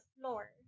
floor